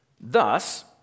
Thus